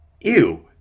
ew